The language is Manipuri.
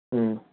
ꯎꯝ